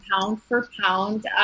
pound-for-pound